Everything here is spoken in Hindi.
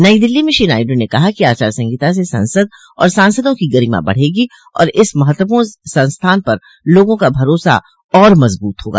नई दिल्ली में श्री नायडू ने कहा कि आचार संहिता से संसद और सांसदों की गरिमा बढ़ेगी और इस महत्वपूर्ण संस्थान पर लोगों का भरोसा और मजबूत होगा